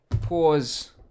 pause